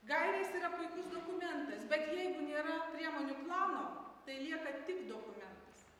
gairės yra puikus dokumentas bet jeigu nėra priemonių plano tai lieka tik dokumentas